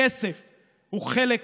תקציב של מיסים, דבר עובדתית.